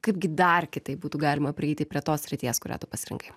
kaip gi dar kitaip būtų galima prieiti prie tos srities kurią tu pasirinkai